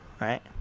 Right